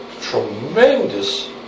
tremendous